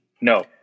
No